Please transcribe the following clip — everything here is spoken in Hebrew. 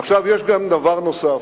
עכשיו יש גם דבר נוסף,